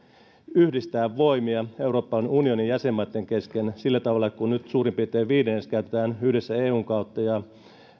yhdistää voimia euroopan unionin jäsenmaitten kesken nyt suurin piirtein viidennes käytetään yhdessä eun kautta ja